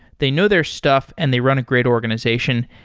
they know their stuff and they run a great organization.